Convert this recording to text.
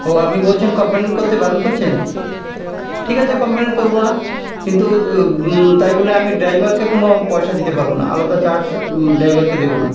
ও আপনি বলছেন কমপ্লেন করতে বারণ করছেন ঠিক আছে কমপ্লেন করব না কিন্তু তাই বলে আমি ড্রাইভারকে কোনো পয়সা দিতে পারব না আলাদা চার্জ ড্রাইভারকে দেব না